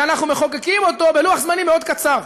שאנחנו מחוקקים אותו בלוח-זמנים מאוד קצר.